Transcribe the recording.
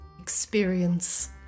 experience